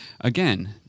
again